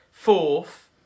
Fourth